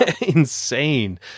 insane